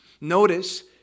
Notice